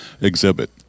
exhibit